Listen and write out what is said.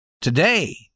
Today